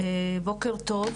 בוקר טוב.